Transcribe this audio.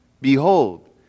Behold